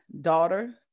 daughter